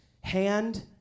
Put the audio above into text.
hand